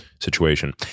situation